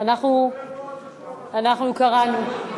אנחנו קראנו לשר.